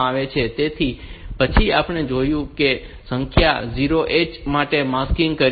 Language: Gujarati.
તેથી પછી આપણે જોઈએ છીએ કે શું આપણે તે સંખ્યાને 01H સાથે માસ્કિંગ કરીએ છીએ